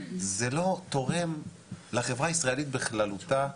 זה לא תורם לחברה הישראלית בכללותה,